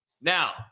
Now